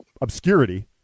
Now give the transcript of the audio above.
obscurity